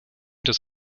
des